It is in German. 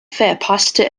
verpasste